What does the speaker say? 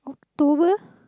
October